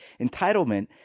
Entitlement